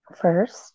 First